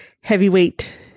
heavyweight